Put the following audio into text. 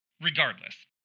Regardless